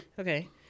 Okay